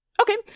Okay